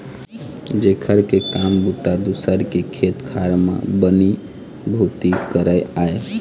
जेखर के काम बूता दूसर के खेत खार म बनी भूथी करई आय